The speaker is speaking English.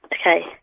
Okay